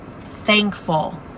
thankful